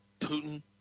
Putin